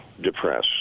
depress